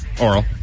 oral